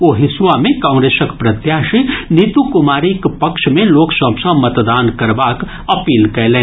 ओ हिसुआ मे कांग्रेसक प्रत्याशी नितू कुमारीक पक्ष मे लोक सभ सँ मतदान करबाक अपील कयलनि